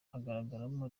hagaragaramo